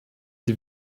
die